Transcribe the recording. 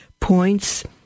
points